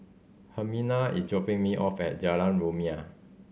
Hermina is dropping me off at Jalan Rumia